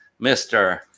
Mr